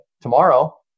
tomorrow